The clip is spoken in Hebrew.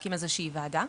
להקים איזו שהיא וועדה,